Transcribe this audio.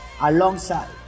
alongside